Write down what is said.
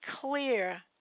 clear